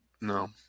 No